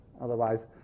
Otherwise